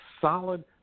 solid